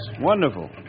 Wonderful